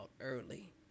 early